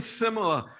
similar